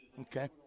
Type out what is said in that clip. Okay